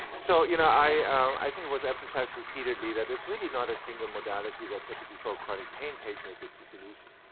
so you know i i think it was emphasized repeatedly that it's really not a single modality that typically, for a chronic pain patient, is a solution.